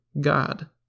God